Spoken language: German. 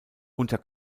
unter